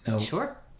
Sure